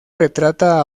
retrata